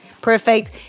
perfect